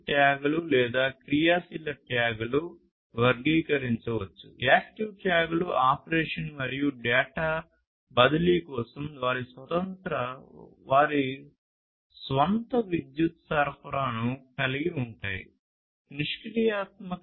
RFID ట్యాగ్లను నిష్క్రియాత్మక